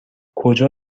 کجا